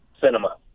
cinema